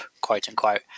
quote-unquote